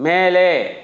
மேலே